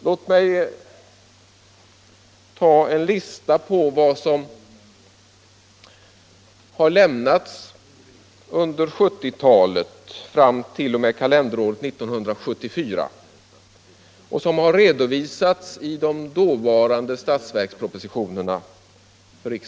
Låt mig ta en lista på vad som har lämnats under 1970-talet fram t.o.m. kalenderåret 1974 och som har redovisats för riksdagen i resp. statsverkspropositioner.